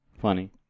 funny